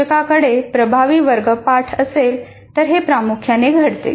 शिक्षकाकडे प्रभावी वर्गपाठ असेल तर हे प्रामुख्याने घडते